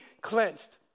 cleansed